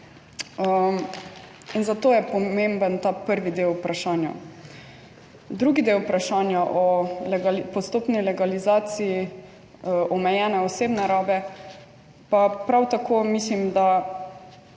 In zato je pomemben ta prvi del vprašanja. Drugi del vprašanja o postopni legalizaciji omejene osebne rabe pa prav tako, mislim, da